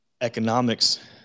economics